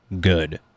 good